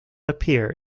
appear